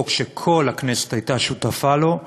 חוק שכל הכנסת הייתה שותפה לו,